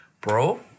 Bro